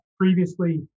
previously